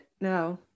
No